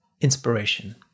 inspiration